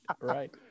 right